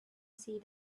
see